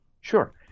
Sure